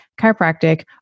chiropractic